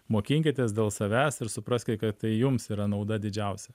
mokinkitės dėl savęs ir supraskit tai jums yra nauda didžiausia